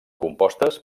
compostes